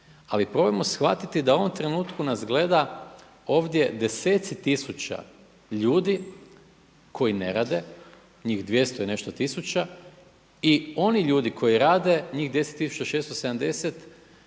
Ali probajmo shvatiti da u ovom trenutku nas gleda ovdje desetci tisuća ljudi koji ne rade, njih 200 i nešto tisuća i oni ljudi koji rade njih 10670 koji ne primaju